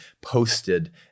posted